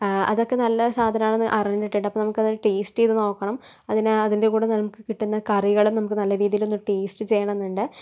അതൊക്കെ നല്ല സാധനമാണെന്നു അറിഞ്ഞിട്ടുണ്ട് അപ്പൊ നമുക്കത് ടേസ്റ്റ് ചെയ്ത് നോക്കണം അതിനു അതിൻ്റെ കൂടെ നമുക്ക് കിട്ടുന്ന കറികളും നമുക്ക് നല്ല രീതിലൊന്നു ടേസ്റ്റ് ചെയ്യണമെന്നുണ്ട്